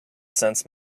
sense